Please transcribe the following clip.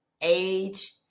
age